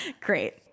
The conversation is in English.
great